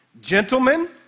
Gentlemen